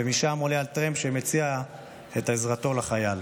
ומשם עולה על טרמפ שמציע את עזרתו לחייל.